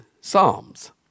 Psalms